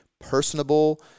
personable